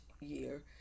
year